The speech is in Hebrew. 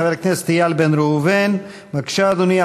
חבר הכנסת איל בן ראובן, בבקשה, אדוני.